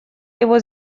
его